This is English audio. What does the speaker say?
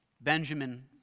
Benjamin